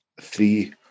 three